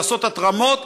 לעשות התרמות,